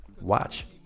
Watch